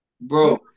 bro